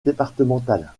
départementale